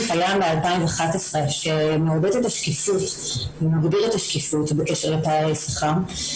היה מ-2011 שמעודד ומגדיל את השקיפות בקשר לפערי שכר,